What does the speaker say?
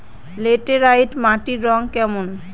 Laterite মাটির রং কেমন?